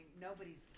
nobody's